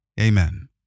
amen